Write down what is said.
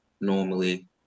normally